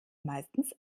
meistens